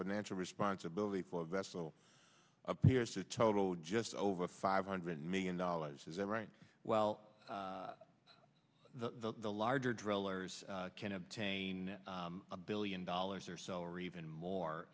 financial responsibility for a vessel appears to total just over five hundred million dollars is that right well the the larger drillers can obtain a billion dollars or so or even more